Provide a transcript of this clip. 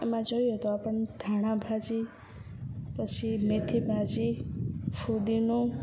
એમાં જોઈએ તો આપણને ધાણા ભાજી પછી મેથી ભાજી ફુદીનો